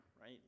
right